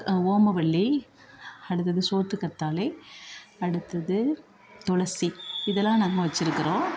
ஓமவல்லி அடுத்தது சோற்றுக்கத்தாழை அடுத்தது துளசி இதெல்லாம் நாங்கள் வச்சிருக்கிறோம்